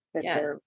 Yes